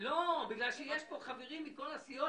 יש פה חברים מכל הסיעות,